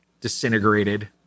disintegrated